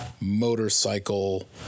motorcycle